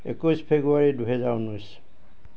একৈছ ফেব্ৰুৱাৰী দুহেজাৰ ঊনৈছ